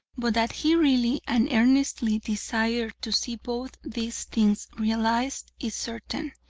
but that he really and earnestly desired to see both these things realised is certain.